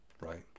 right